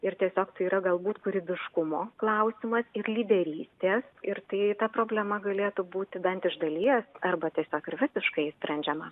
ir tiesiog tai yra galbūt kūrybiškumo klausimas ir lyderystės ir tai ta problema galėtų būti bent iš dalies arba tiesiog ir visiškai išsprendžiama